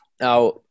Now